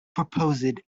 proposed